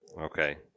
Okay